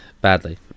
Badly